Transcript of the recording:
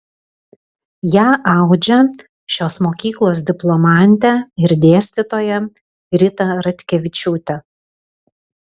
ją audžia šios mokyklos diplomantė ir dėstytoja rita ratkevičiūtė